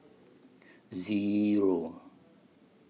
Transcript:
Zero